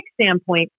standpoint